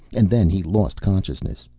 and then he lost consciousness.